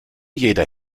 jeder